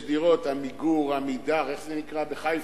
יש דירות "עמיגור", "עמידר", איך זה נקרא בחיפה?